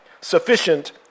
sufficient